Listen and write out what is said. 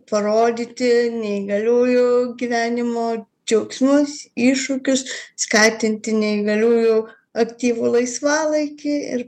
parodyti neįgaliųjų gyvenimo džiaugsmus iššūkius skatinti neįgaliųjų aktyvų laisvalaikį ir